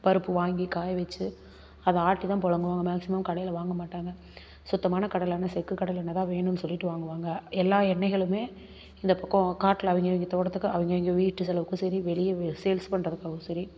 பருப்பு வாங்கி காய வச்சு அதை ஆட்டிதான் புழங்குவாங்க மேக்சிமம் கடையில் வாங்க மாட்டாங்க சுத்தமான கடலெண்ணெய் செக்கு கடலெண்ணெய் தான் வேணும்னு சொல்லிகிட்டு வாங்குவாங்க எல்லாம் எண்ணெய்களும் இந்த பக்கம் காட்டில் அவங்கவங்க தோட்டத்துக்கு அவங்கவங்க வீட்டு செலவுக்கும் சரி வெளியே சேல்ஸ் பண்ணுறதுக்காகவும் சரி